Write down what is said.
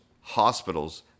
hospitals